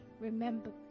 remember